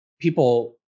people